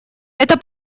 это